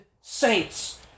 saints